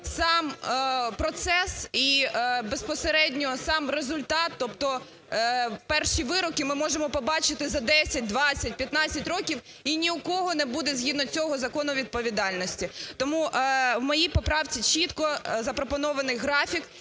сам процес і безпосередньо сам результат, тобто перші вироки ми можемо побачити за 10, 20, 15 років, і ні у кого не буде згідно цього закону відповідальності. Тому в моїй поправці чітко запропонований графік,